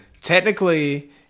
technically